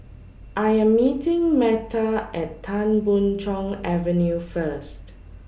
I Am meeting Meta At Tan Boon Chong Avenue First